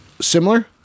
similar